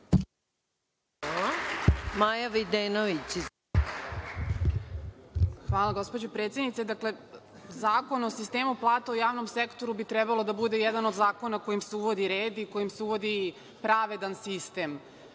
**Maja Videnović** Hvala, gospođo predsednice. Dakle, Zakon o sistemu plata u javnom sektoru bi trebalo da bude jedan od zakona kojim se uvodi red i kojim se uvodi pravedan sistem